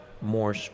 more